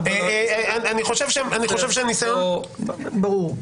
טוב, ברור.